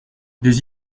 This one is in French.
des